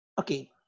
okay